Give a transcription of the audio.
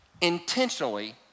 intentionally